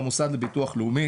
וזה הקשר מול הביטוח הלאומי